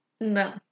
No